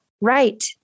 right